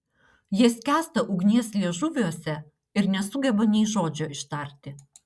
jie skęsta ugnies liežuviuose ir nesugeba nei žodžio ištari